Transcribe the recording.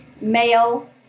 male